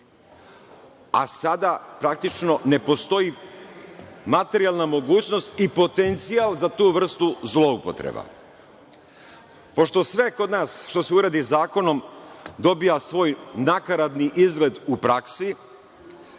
a sada praktično ne postoji materijalna mogućnost i potencijal za tu vrstu zloupotreba. Pošto sve kod nas, što se uradi zakonom dobija svoj nakaradni izgled u praksi,